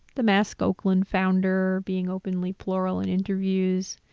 the mask oakland founder being openly plural in interviews.